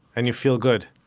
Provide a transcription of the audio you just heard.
and you feel good?